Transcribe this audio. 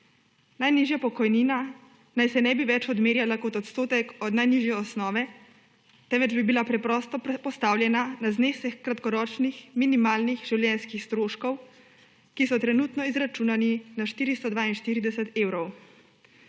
Najnižja pokojnina naj se ne bi več odmerjala kot odstotek od najnižje osnove, temveč bi bila preprosto postavljena na znesek kratkoročnih minimalnih življenjskih stroškov, ki so trenutno izračunani na 442 evrov.